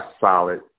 solid